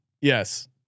Yes